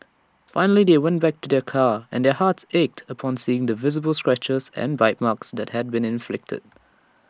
finally they went back to their car and their hearts ached upon seeing the visible scratches and bite marks that had been inflicted